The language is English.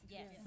Yes